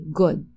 good